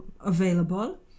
available